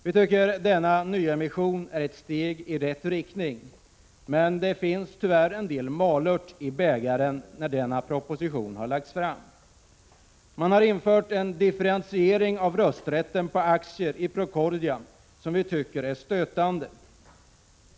Vi tycker denna nyemission är ett steg i rätt riktning, men det finns tyvärr en del malört i bägaren. Man har infört differentiering av rösträtten på aktierna i Procordia, vilket vi tycker är stötande.